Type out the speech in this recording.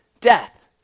death